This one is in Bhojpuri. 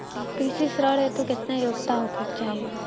कृषि ऋण हेतू केतना योग्यता होखे के चाहीं?